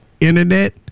internet